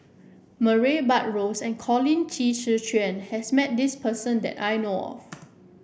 Murray Buttrose and Colin Qi Zhe Quan has met this person that I know of